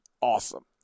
awesome